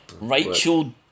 Rachel